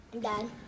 Dad